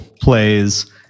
plays